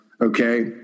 Okay